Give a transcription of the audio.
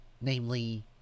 Namely